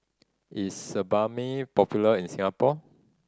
is Sebamed popular in Singapore